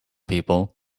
people